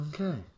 Okay